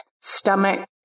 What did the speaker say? stomach